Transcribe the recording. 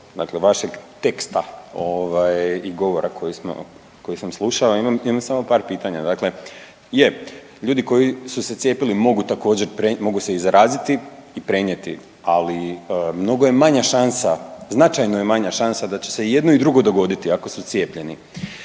dakle vašeg teksta ovaj i govora koji sam slušao imam, imam samo par pitanja. Dakle je, ljudi koji su se cijepili mogu također, mogu se i zaraziti i prenijeti, ali mnogo je manja šansa, značajno je manja šansa da će se i jedno i drugo dogoditi ako su cijepljeni,